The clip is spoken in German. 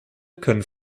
können